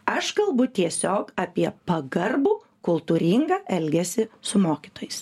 aš kalbu tiesiog apie pagarbų kultūringą elgesį su mokytojais